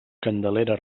candelera